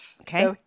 okay